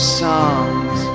songs